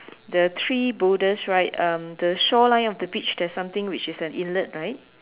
the three boulders right um the shoreline of the beach there's something which is an inlet right